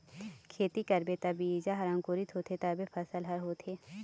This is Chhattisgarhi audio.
खेती करबे त बीजा ह अंकुरित होथे तभे फसल ह होथे